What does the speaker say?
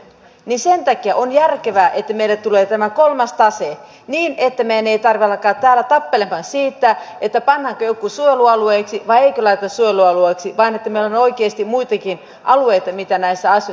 sen takia on järkevää että meille tulee tämä kolmas tase niin että meidän ei tarvitse alkaa täällä tappelemaan siitä pannaanko jotkut suojelualueiksi vai eikö laiteta suojelualueiksi vaan että meillä on oikeasti muitakin alueita mitä näissä asioissa voi tehdä